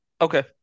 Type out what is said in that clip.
okay